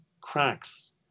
cracks